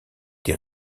des